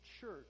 church